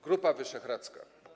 Grupa Wyszehradzka.